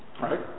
right